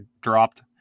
dropped